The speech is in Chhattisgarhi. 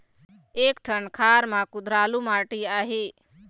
एक ठन खार म कुधरालू माटी आहे?